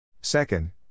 Second